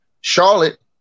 Charlotte